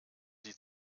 sie